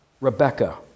Rebecca